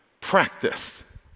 practice